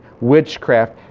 witchcraft